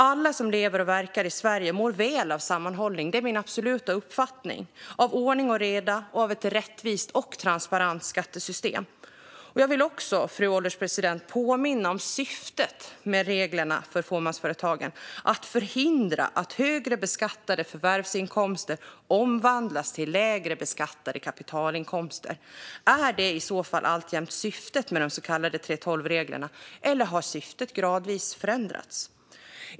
Alla som lever och verkar i Sverige mår väl av sammanhållning, av ordning och reda och av ett rättvist och transparent skattesystem. Det är min absoluta uppfattning. Fru ålderspresident! Jag vill också påminna om syftet med reglerna för fåmansföretagen. Det är att förhindra att högre beskattade förvärvsinkomster omvandlas till lägre beskattade kapitalinkomster. Är det alltjämt syftet med de så kallade 3:12-reglerna, eller har syftet gradvis förändrats?